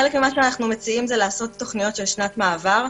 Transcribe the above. חלק ממה שאנחנו מציעים זה תוכניות שנת מעבר,